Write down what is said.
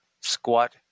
squat